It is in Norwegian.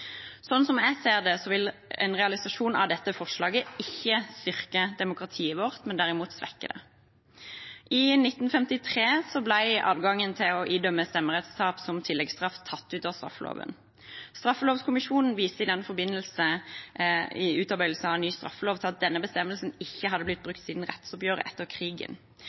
som jeg ser det, vil en realisasjon av dette forslaget ikke styrke demokratiet vårt, men derimot svekke det. I 1953 ble adgangen til å idømme stemmerettstap som tilleggsstraff tatt ut av straffeloven. Straffelovkommisjonen viste i forbindelse med utarbeidelsen av ny straffelov til at denne bestemmelsen ikke hadde blitt brukt siden rettsoppgjøret etter krigen.